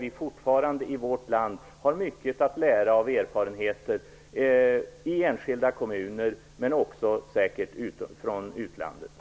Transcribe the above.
Vi har fortfarande mycket att lära av erfarenheter från enskilda kommuner men också från utlandet.